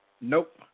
Nope